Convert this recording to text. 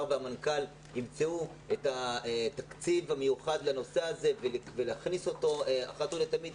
והמנכ"ל ימצאו את התקציב המיוחד לנושא הזה ושהתקציב יוכנס